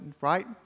right